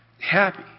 happy